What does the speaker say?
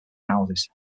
houses